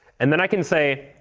and then i can say,